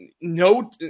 no